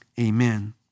amen